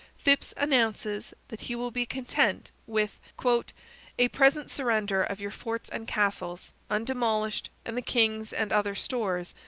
phips announces that he will be content with a present surrender of your forts and castles, undemolished, and the king's and other stores,